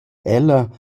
ella